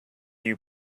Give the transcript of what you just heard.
you